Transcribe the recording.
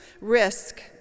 risk